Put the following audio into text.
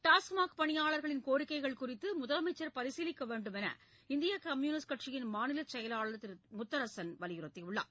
டாஸ்மாக் பணியாளர்களின் கோரிக்கைகள் குறித்து முதலமைச்சர் பரிசீலிக்க வேண்டும் என்று இந்திய கம்யூனிஸ்ட் கட்சியின் மாநில செயலாளர் திரு முத்தரசன் வலியுறுத்தியுள்ளார்